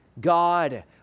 God